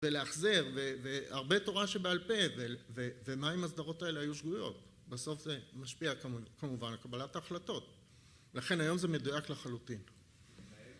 ולאחזר, והרבה תורה שבעל פה, ומה אם הסדרות האלה היו שגויות? בסוף זה משפיע כמובן על קבלת ההחלטות. ולכן היום זה מדויק לחלוטין.